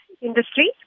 industry